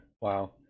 Wow